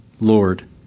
Lord